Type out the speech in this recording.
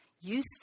useful